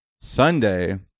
Sunday